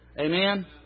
Amen